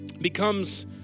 becomes